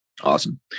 Awesome